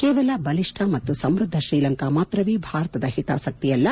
ಕೇವಲ ಬಲಿಷ್ಟ ಮತ್ತು ಸಮೃದ್ದ ಶ್ರೀಲಂಕಾ ಮಾತ್ರವೇ ಭಾರತದ ಹಿತಾಸಕ್ತಿಯಲ್ಲ